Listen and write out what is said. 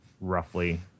roughly